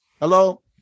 hello